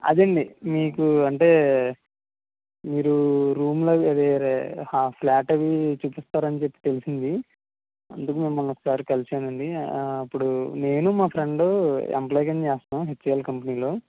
అదండీ మీకు అంటే మీరు రూమ్లు అవి అదే ఫ్లాట్ అవి చూపిస్తారని చెప్పి తెలిసింది అందుకు మిమ్మల్ని ఒకసారి కలిశానండి ఇప్పుడు నేను మా ఫ్రెండు ఎంప్లాయి కింద చేస్తున్నాం హెచ్ సి ఎల్ కంపెనీలో